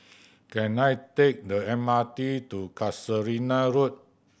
can I take the M R T to Casuarina Road